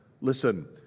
listen